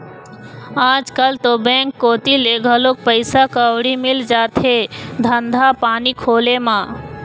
आजकल तो बेंक कोती ले घलोक पइसा कउड़ी मिल जाथे धंधा पानी खोले म